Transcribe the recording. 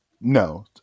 no